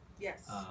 yes